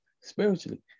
spiritually